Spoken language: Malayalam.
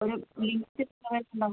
ഒരു ലിമിറ്റ് എത്ര ഉണ്ടാവും